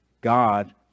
God